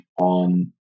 on